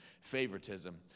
favoritism